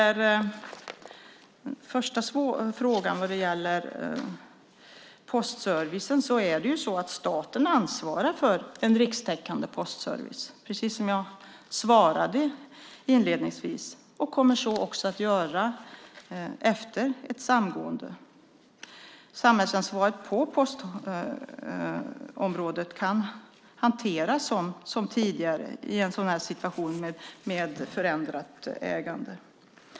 Precis som jag svarade inledningsvis ansvarar staten för en rikstäckande postservice och kommer att göra så även efter ett samgående. Samhällsansvaret på postområdet kan hanteras som tidigare i en sådan här situation med förändrat ägande.